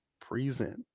Present